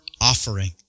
offering